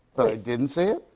but i didn't say it?